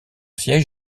siège